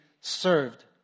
served